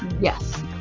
Yes